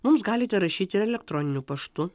mums galite rašyti ir elektroniniu paštu